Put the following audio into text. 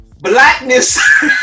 Blackness